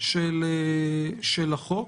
על הצעת החוק,